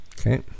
Okay